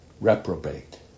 reprobate